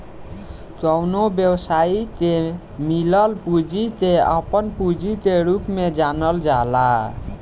कवनो व्यवसायी के से मिलल पूंजी के आपन पूंजी के रूप में जानल जाला